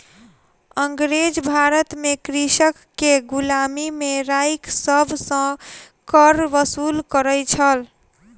अँगरेज भारत में कृषक के गुलामी में राइख सभ सॅ कर वसूल करै छल